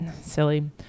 Silly